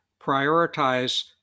prioritize